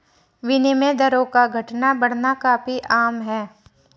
विनिमय दरों का घटना बढ़ना काफी आम है